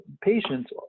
patients